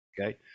Okay